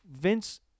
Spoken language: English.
Vince